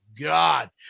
God